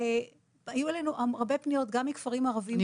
היו אלינו הרבה פניות גם מכפרים ערביים --- אני